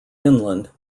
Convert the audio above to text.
inland